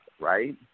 right